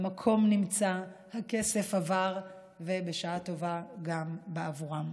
המקום נמצא, הכסף עבר, ובשעה טובה גם בעבורם.